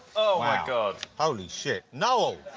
oh, my god! holy shit! noel!